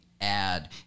add